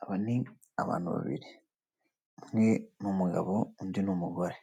Aba ni abantu babiri. Umwe ni umugabo, undi ni umugore.